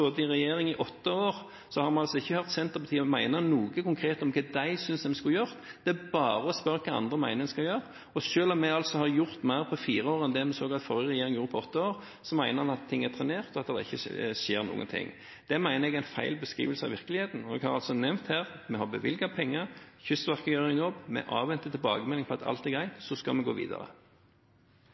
i regjering i åtte år har man altså ikke hørt Senterpartiet mene noe konkret om hva de synes vi skulle ha gjort. Det er bare å spørre hva andre mener en skal gjøre. Og selv om vi altså har gjort mer på fire år enn det vi så at forrige regjering gjorde på åtte år, mener en at ting er trenert, at det ikke skjer noen ting. Det mener jeg er en feil beskrivelse av virkeligheten, og jeg har altså nevnt her at vi har bevilget penger, Kystverket gjør en jobb, vi avventer tilbakemelding om at alt er greit, og så skal vi gå videre.